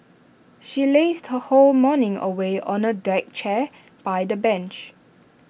she lazed her whole morning away on A deck chair by the beach